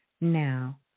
now